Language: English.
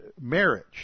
marriage